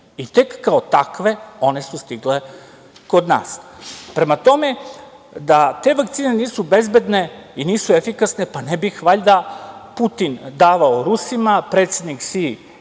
Tek kao takve one su stigle kod nas. Prema tome, da te vakcine nisu bezbedne i nisu efikasne pa ne bi ih valjda Putin davao Rusima, predsednik Si